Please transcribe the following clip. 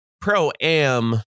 pro-am